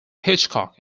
hitchcock